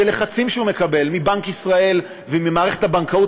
הלחצים שהוא מקבל מבנק ישראל וממערכת הבנקאות,